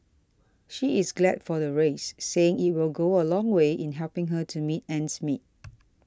she is glad for the raise saying it will go a long way in helping her to make ends meet